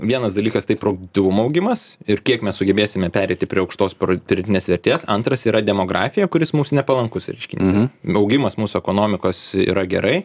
vienas dalykas tai produktyvumo augimas ir kiek mes sugebėsime pereiti prie aukštos pro pridėtinės vertės antras yra demografija kuris mums nepalankus reiškinys augimas mūsų ekonomikos yra gerai